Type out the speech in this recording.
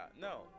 No